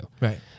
right